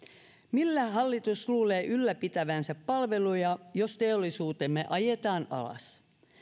millä hallitus luulee ylläpitävänsä palveluja jos teollisuutemme ajetaan alas